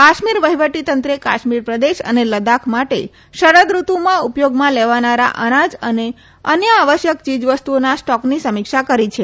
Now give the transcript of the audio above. કાશ્મીર વહીવટી તંત્રે કાશ્મીર પ્રદેશ અને લદાખ માટે શરદઋતુમાં ઉપયોગમાં લેવાનારા અનાજ અને અન્ય આવશ્યક ચીજવસ્તુઓના સ્ટોકની સમીક્ષા કરી છે